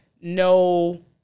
No